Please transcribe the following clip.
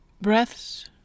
breaths